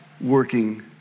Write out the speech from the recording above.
working